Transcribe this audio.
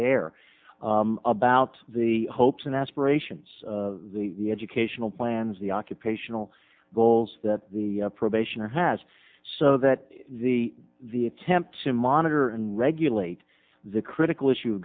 there about the hopes and aspirations the educational plans the occupational goals that the probation has so that the the attempt to monitor and regulate the critical issue